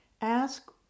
Ask